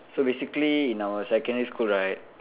so basically in our secondary school right